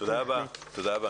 תודה רבה מיכל.